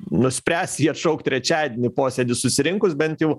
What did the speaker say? nuspręs jį atšaukt trečiadienį posėdy susirinkus bent jau